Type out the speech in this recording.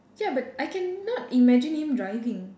ya but I cannot imagine him driving